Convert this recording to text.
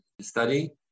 study